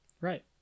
right